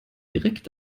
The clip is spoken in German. direkt